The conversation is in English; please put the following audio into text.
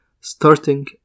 starting